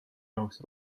jaoks